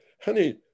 honey